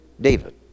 David